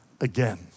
again